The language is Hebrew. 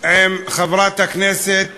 עם חברת הכנסת